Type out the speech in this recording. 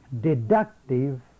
deductive